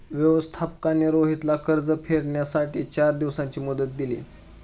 व्यवस्थापकाने रोहितला कर्ज फेडण्यासाठी चार दिवसांची मुदत दिली